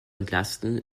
entlasten